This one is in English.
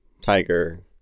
Tiger